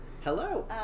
Hello